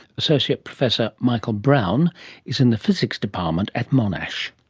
associate professor michael brown is in the physics department at monash.